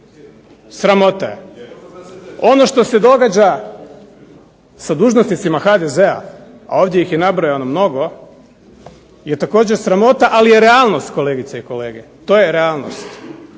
sramota je. Ono što se događa sa dužnosnicima HDZ-a, a ovdje ih je nabrojano mnogo je također sramota ali je realnost kolegice i kolege. To je realnost.